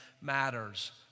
matters